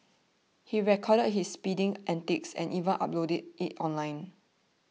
he recorded his speeding antics and even uploaded it online